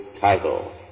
title